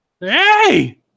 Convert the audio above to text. Hey